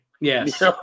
Yes